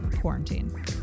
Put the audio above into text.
quarantine